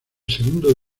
segundo